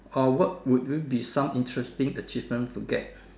or what would you be some interesting achievement to get